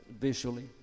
visually